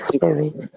Spirit